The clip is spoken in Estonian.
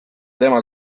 tema